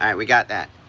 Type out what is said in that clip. and we got that.